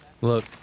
Look